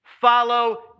follow